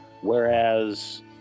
whereas